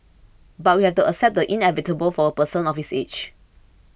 but we have to accept the inevitable for a person of his age